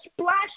splash